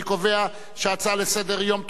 אני קובע שההצעה לסדר-היום,